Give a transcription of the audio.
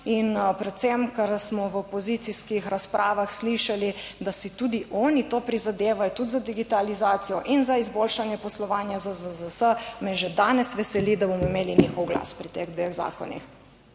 in predvsem, ker smo v opozicijskih razpravah slišali, da si tudi oni to prizadevajo, tudi za digitalizacijo in za izboljšanje poslovanja ZZZS me že danes veseli, da bomo imeli njihov glas pri teh dveh zakonih,